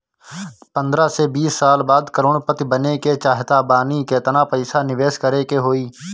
पंद्रह से बीस साल बाद करोड़ पति बने के चाहता बानी केतना पइसा निवेस करे के होई?